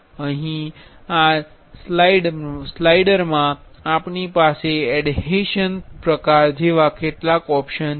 અહીં આ સ્લાઈડરમાં આપણી પાસે એડહેશન સંલગ્નતા પ્રકાર જેવા કેટલાક ઓપ્શન્સ છે